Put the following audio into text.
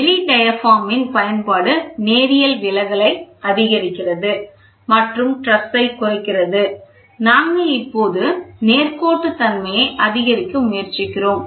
நெளி diaphragm ன் பயன்பாடு நேரியல் விலகலை அதிகரிக்கிறது மற்றும் stress ஐ குறைக்கிறது நாங்கள் இப்போது நேர்கோட்டுத்தன்மையை அதிகரிக்க முயற்சிக்கிறோம்